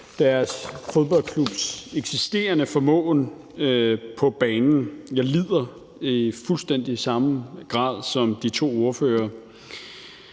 deres fodboldklubs eksisterende formåen på banen. Jeg lider i fuldstændig samme grad som de to ordførere.